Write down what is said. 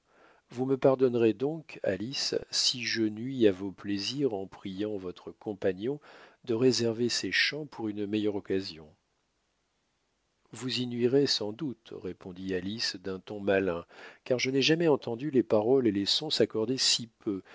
vous me pardonnerez donc alice si je nuis à vos plaisirs en priant votre compagnon de réserver ses chants pour une meilleure occasion vous y nuirez sans doute répondit alice d'un ton malin car je n'ai jamais entendu les paroles et les sons s'accorder si peu